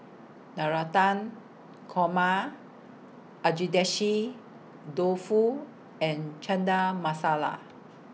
Navratan Korma Agedashi Dofu and Masala